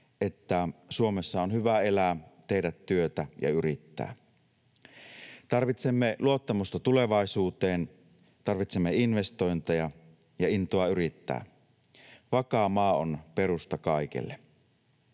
että Suomessa on hyvä elää, tehdä työtä ja yrittää. Tarvitsemme luottamusta tulevaisuuteen, tarvitsemme investointeja ja intoa yrittää. Vakaa maa on perusta kaikelle.